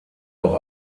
auch